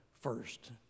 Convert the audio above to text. first